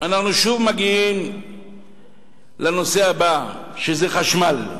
אנחנו מגיעים לנושא הבא, שזה חשמל.